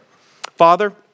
Father